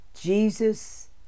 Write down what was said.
Jesus